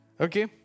Okay